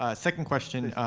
ah second question.